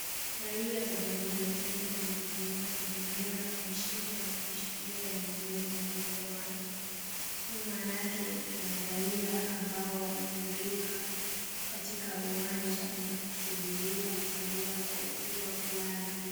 Raia wa jamuhuri ya kenya amejifunika bendera kwenye shingo na kushikilia nyingine kwenye mkono wake. Nyuma yake kuna raia ambao wamefurika katika uwanja na kusubiria kutolewa kwa hotuba fulani.